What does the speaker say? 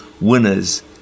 Winners